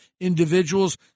individuals